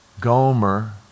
Gomer